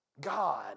God